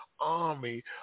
army